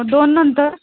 दोन नंतर